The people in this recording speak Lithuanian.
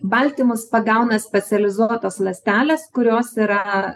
baltymus pagauna specializuotos ląstelės kurios yra